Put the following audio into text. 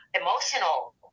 emotional